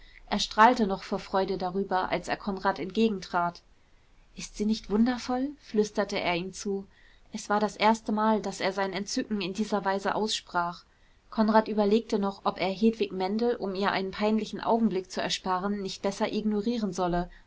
er strahlte noch vor freude darüber als er konrad entgegentrat ist sie nicht wundervoll flüsterte er ihm zu es war das erstemal daß er sein entzücken in dieser weise aussprach konrad überlegte noch ob er hedwig mendel um ihr einen peinlichen augenblick zu ersparen nicht besser ignorieren solle